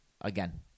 again